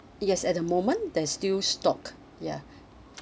yes at the moment there's still stock ya